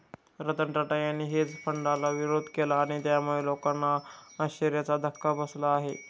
रतन टाटा यांनी हेज फंडाला विरोध केला आणि त्यामुळे लोकांना आश्चर्याचा धक्का बसला आहे